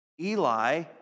Eli